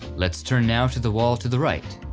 let's turn now to the wall to the right.